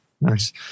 Nice